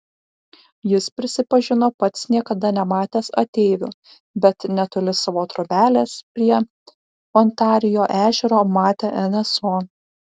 jis prisipažino pats niekada nematęs ateivių bet netoli savo trobelės prie ontarijo ežero matė nso